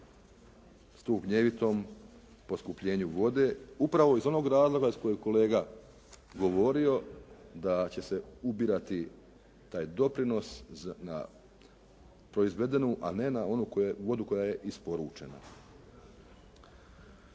stupnjevitom poskupljenju vode upravo iz onog razloga s kojeg je kolega govorio da će se ubirati taj doprinos na proizvedenu a ne na onu koja, vodu koja je isporučena.